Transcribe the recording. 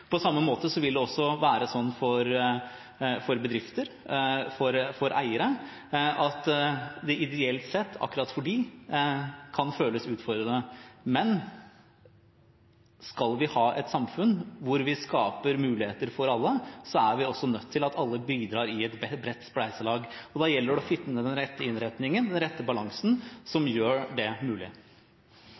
På samme måte vil det også være sånn for bedrifter, for eiere, at det ideelt sett, akkurat for dem, kan føles utfordrende. Men skal vi ha et samfunn hvor vi skaper muligheter for alle, er alle også nødt til å bidra i et bredt spleiselag. Da gjelder det å finne den rette innretningen, den rette balansen, som gjør det mulig.